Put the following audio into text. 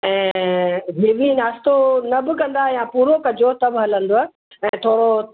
ऐं हैवी नाश्तो न बि कंदा या पूरो कजो त उहो हलंदो आहे ऐं थोरो